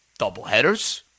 doubleheaders